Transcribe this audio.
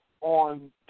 on